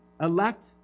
Elect